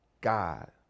God